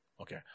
Okay